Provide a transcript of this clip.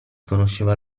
conosceva